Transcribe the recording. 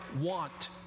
want